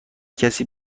کسی